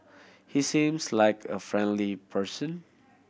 he seems like a friendly person